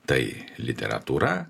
tai literatūra